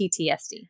PTSD